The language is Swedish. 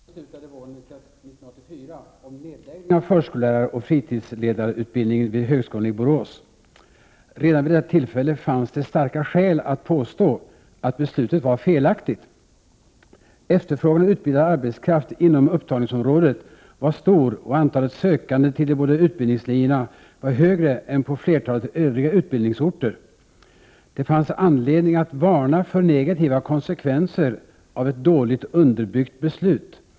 Herr talman! Riksdagen beslutade våren 1984 om nedläggning av förskolläraroch fritidsledarutbildningen vid högskolan i Borås. Redan vid detta tillfälle fanns det starka skäl för att påstå att beslutet var felaktigt. Efterfrågan på utbildad arbetskraft inom upptagningsområdet var stor, och antalet sökande till de båda utbildningslinjerna var högre än på flertalet övriga utbildningsorter. Det fanns anledning att varna för negativa konsekvenser av ett dåligt underbyggt beslut.